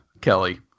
Kelly